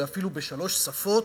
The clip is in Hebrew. אפילו בשלוש שפות: